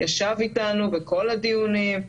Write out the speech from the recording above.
ישב איתנו בכל הדיונים,